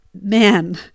man